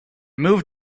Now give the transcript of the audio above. moved